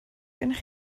gennych